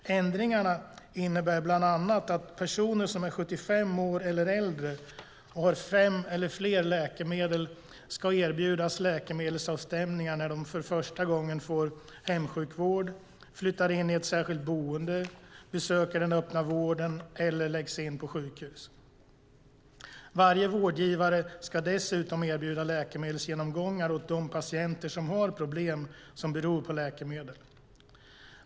Ändringarna innebär bland annat att personer som är 75 år eller äldre och har fem eller fler läkemedel ska erbjudas läkemedelsavstämningar när de för första gången får hemsjukvård, flyttar in i ett särskilt boende, besöker den öppna vården eller läggs in på sjukhus. Varje vårdgivare ska dessutom erbjuda läkemedelsgenomgångar åt de patienter som har problem som beror på läkemedel.